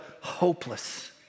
hopeless